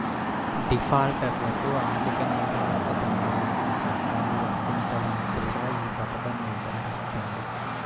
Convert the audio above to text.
డిఫాల్టర్లకు ఆర్థిక నేరాలకు సంబంధించిన చట్టాలు వర్తించవని కూడా ఈ పథకం నిర్ధారిస్తుంది